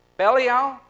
Belial